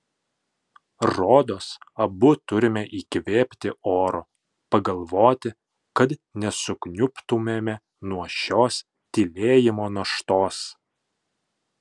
rodos abu turime įkvėpti oro pagalvoti kad nesukniubtumėme nuo šios tylėjimo naštos